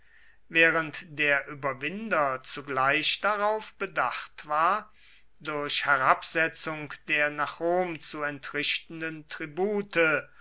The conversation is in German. während der überwinder zugleich darauf bedacht war durch herabsetzung der nach rom zu entrichtenden tribute